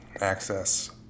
access